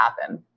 happen